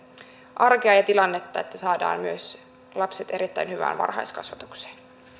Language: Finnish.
arkea ja tilannetta että saadaan myös lapset erittäin hyvään varhaiskasvatukseen